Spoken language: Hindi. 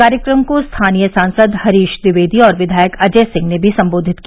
कार्यक्रम को स्थानीय सांसद हरीश द्विवेदी और विधायक अजय सिंह ने भी संबोधित किया